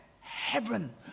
heaven